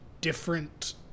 different